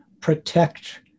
protect